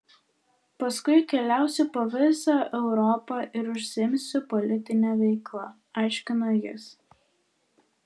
paskui keliausiu po vizą europą ir užsiimsiu politine veikla aiškino jis